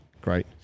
Great